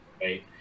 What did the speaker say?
Right